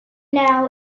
now